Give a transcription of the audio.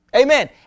Amen